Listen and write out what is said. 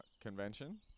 convention